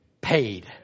paid